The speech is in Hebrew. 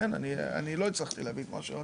כן אני לא הצלחתי להביא את מה שרציתי.